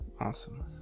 Awesome